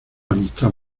amistad